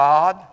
God